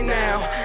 now